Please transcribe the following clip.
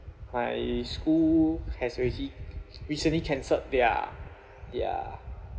my school has already recently cancelled their their